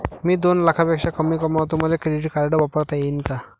मी दोन लाखापेक्षा कमी कमावतो, मले क्रेडिट कार्ड वापरता येईन का?